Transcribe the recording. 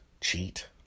cheat